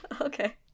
okay